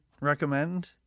recommend